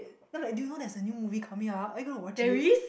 then I'm like do you know there's a new movie coming up are you going to watch it